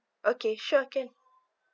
okay sure can